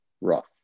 rough